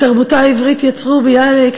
את תרבותה העברית שיצרו ביאליק,